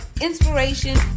inspiration